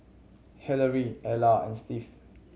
Hillary Ella and Steve